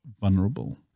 vulnerable